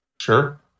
Sure